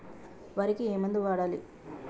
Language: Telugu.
వరికి ఏ మందు వాడాలి?